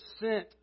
sent